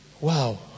Wow